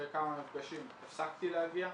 אחרי כמה מפגשים הפסקתי להגיע.